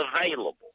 available